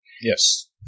Yes